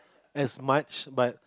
as much but